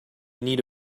need